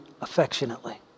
affectionately